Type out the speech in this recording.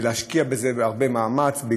בלהשקיע בזה הרבה מאמץ,